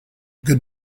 good